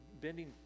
bending